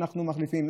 שאנחנו מחליפים.